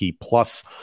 plus